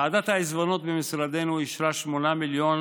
ועדת העיזבונות במשרדנו אישרה 8 מיליון